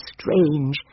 strange